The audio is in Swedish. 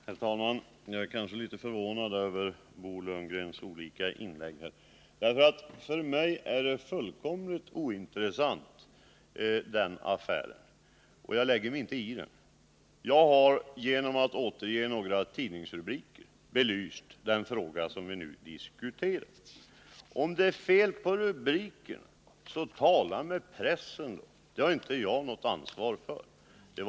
Herr talman! Jag är litet förvånad över Bo Lundgrens olika inlägg. För mig är nämligen denna affär fullkomligt ointressant, och jag lägger mig inte i den. Jag har genom att återge några tidningsrubriker belyst den fråga som vi nu diskuterar. Om rubrikerna är felaktiga så tala med pressen! Jag har inte något ansvar för dem.